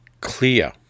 clear